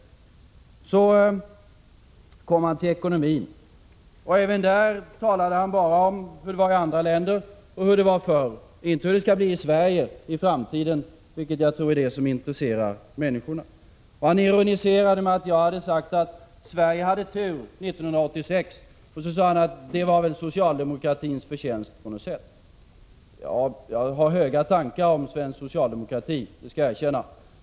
När statsministern kom till ekonomin talade han bara om hur det är i andra länder och hur det var förr, inte hur det skall bli i Sverige i framtiden, vilket jag tror är det som intresserar människorna. Han ironiserade över att jag sagt att Sverige hade tur 1986 och menade att det som hände då på något sätt var socialdemokratins förtjänst. Ja, jag har höga tankar om svensk socialdemokrati, det skall jag erkänna.